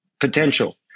potential